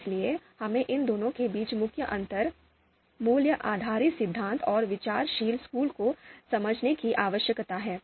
इसलिए हमें इन दोनों के बीच मुख्य अंतर मूल्य आधारित सिद्धांत और विचारशील स्कूल को समझने की आवश्यकता है